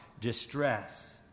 distress